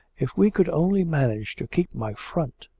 if we could only manage to keep my front.